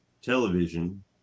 television